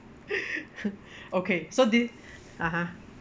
okay so did (uh huh)